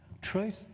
Truth